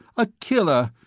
a killer!